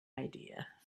idea